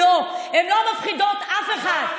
לא, הן לא מפחידות אף אחד.